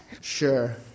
Sure